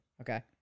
Okay